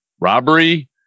robbery